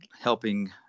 helping